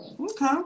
Okay